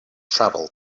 travel